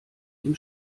dem